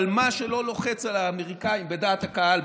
אבל מה שלא לוחץ על האמריקנים בדעת הקהל,